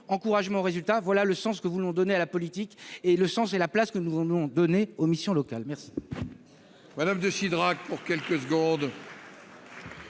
encouragement au résultat, voilà le sens que nous voulons donner à la politique et le sens et la place que nous voulons donner aux missions locales !